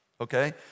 okay